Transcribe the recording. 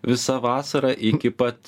visa vasara iki pat